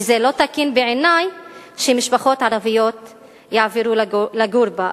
וזה לא תקין בעיני שמשפחות ערביות יעברו לגור בה.